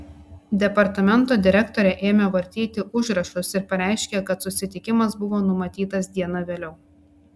departamento direktorė ėmė vartyti užrašus ir pareiškė kad susitikimas buvo numatytas diena vėliau